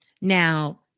Now